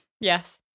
Yes